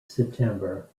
september